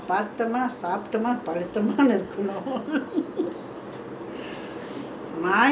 my father is a very err thrifty man lah like to save money keep keep keep for himself only